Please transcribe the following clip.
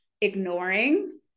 ignoring